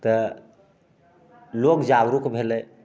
तऽ लोक जागरूक भेलै